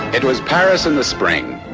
it was paris in the spring,